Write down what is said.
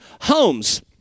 homes